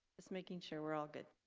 it's making sure we're all good